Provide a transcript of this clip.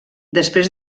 després